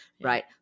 Right